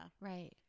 Right